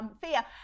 fear